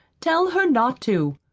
tell her not to.